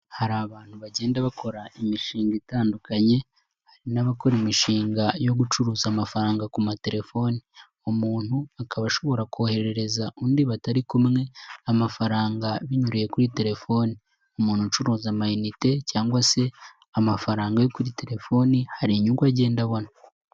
Hari abantu bagenda bakora imishinga itandukanye, hari n'abakora imishinga yo gucuruza amafaranga ku matelefoni. Umuntu akaba ashobora koherereza undi batari kumwe amafaranga binyuriye kuri telefoni. Umuntu ucuruza amayinite cyangwa se amafaranga yo kuri telefoni hari inyungu agenda abona.